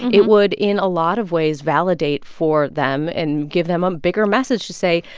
it would, in a lot of ways, validate for them and give them a bigger message to say,